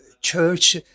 Church